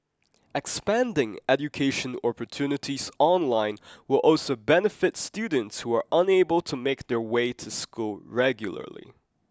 expanding education opportunities online will also benefit students who are unable to make their way to school regularly